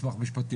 אין לי ספק.